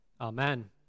Amen